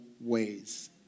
ways